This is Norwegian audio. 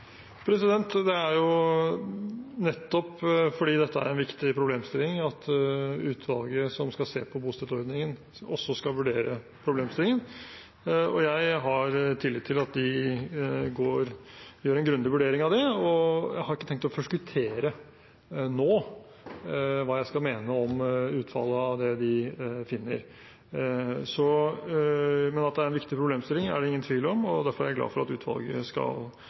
Det er nettopp fordi dette er en viktig problemstilling, at utvalget som skal se på bostøtteordningen, også skal vurdere det. Jeg har tillit til at de gjør en grundig vurdering av det, og jeg har ikke tenkt å forskuttere nå hva jeg skal mene om utfallet av det de finner. Men at det er en viktig problemstilling, er det ingen tvil om, derfor er jeg glad for at utvalget skal